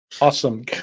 Awesome